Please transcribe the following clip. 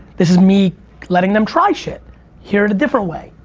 this is me letting them try shit here in a different way.